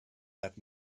that